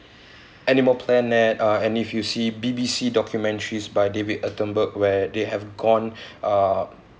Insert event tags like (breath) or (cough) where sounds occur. animal planet uh and if you see B_B_C documentaries by david attenborough where they have gone (breath) uh